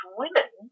women